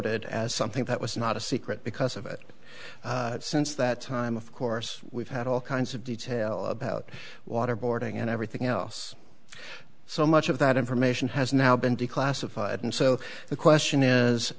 noted as something that was not a secret because of it since that time of course we've had all kinds of detail about waterboarding and everything else so much of that information has now been declassified and so the question